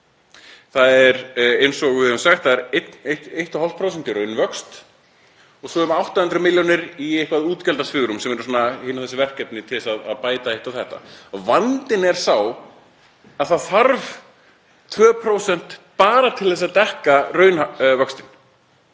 Það er eins og við höfum sagt, það er 1,5% í raunvöxt og svo um 800 milljónir í eitthvað útgjaldasvigrúm sem eru hin og þessi verkefni til þess að bæta hitt og þetta. Vandinn er sá að það þarf 2% bara til þess að dekka raunvöxtinn.